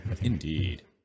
Indeed